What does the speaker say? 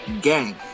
Gang